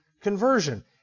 conversion